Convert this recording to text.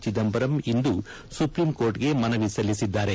ಚಿದಂಬರಂ ಇಂದು ಸುಪ್ರೀಂಕೋರ್ಟ್ಗೆ ಮನವಿ ಸಲ್ಲಿಸಿದ್ದಾರೆ